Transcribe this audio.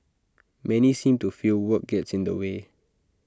many seem to feel work gets in the way